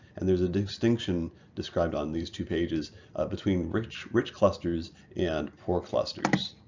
and there's a distinction described on these two pages between rich rich clusters and poor clusters.